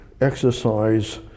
exercise